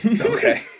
Okay